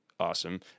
awesome